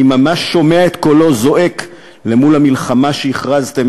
אני ממש שומע את קולו זועק למול המלחמה שהכרזתם,